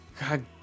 God